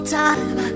time